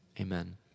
amen